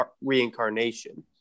reincarnation